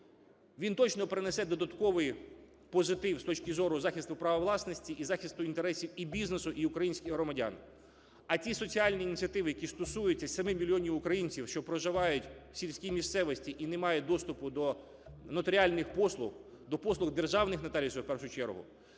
Він точно принесе додатковий позитив з точки зору захисту права власності і захисту інтересів і бізнесу і українських громадян. А ті соціальні ініціативи, які стосуються 7 мільйонів українців, що проживають в сільській місцевості і не мають доступу до нотаріальних послуг, до послуг державних нотаріусів в першу чергу,